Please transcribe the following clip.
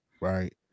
right